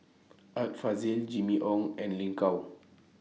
Art Fazil Jimmy Ong and Lin Gao